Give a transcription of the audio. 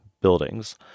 buildings